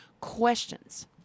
questions